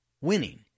Winning